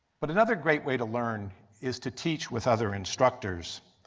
but another great way to learn is to teach with other instructors.